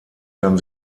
kann